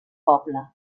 poble